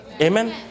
amen